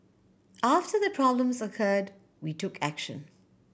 after the problems occurred we took action